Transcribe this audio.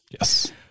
Yes